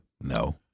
no